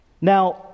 Now